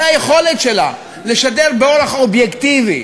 היכולת שלה לשדר באורח אובייקטיבי